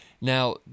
Now